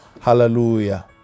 Hallelujah